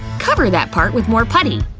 cover that part with more putty.